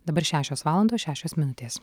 dabar šešios valandos šešios minutės